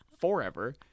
forever